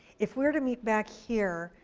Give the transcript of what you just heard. if we're to meet back here,